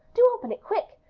do open it quick.